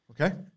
okay